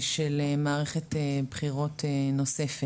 של מערכת בחירות נוספת.